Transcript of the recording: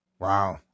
Wow